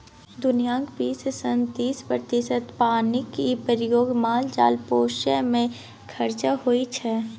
दुनियाँक बीस सँ तीस प्रतिशत पानिक प्रयोग माल जाल पोसय मे खरचा होइ छै